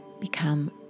become